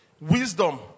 Wisdom